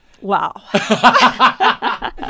wow